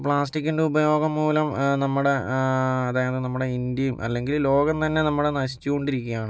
പ്ലാസ്റ്റിക്കിൻ്റെ ഉപയോഗം മൂലം നമ്മുടെ അതായത് നമ്മുടെ ഇന്ത്യയും അല്ലെങ്കിൽ ലോകം തന്നെ നമ്മുടെ നശിച്ചുകൊണ്ടിരിക്കുകയാണ്